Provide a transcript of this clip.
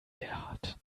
gerhard